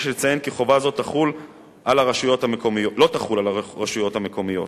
יש לציין כי חובה זו לא תחול על הרשויות המקומיות.